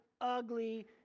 ugly